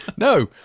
No